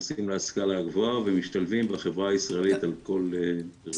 נכנסים להשכלה הגבוהה ומשתלבים בחברה הישראלית על כל רבדיה.